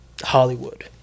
Hollywood